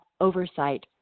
oversight